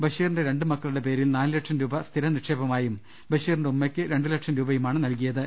ബഷീറിന്റെ രണ്ട് മക്കളുടെ പേരിൽ നാലുലക്ഷം രൂപ സ്ഥിര നിക്ഷേപമായും ബഷീറിന്റെ ഉമ്മയ്ക്ക് രണ്ടുലിക്ഷം രൂപയുമാണ് നൽകിയത്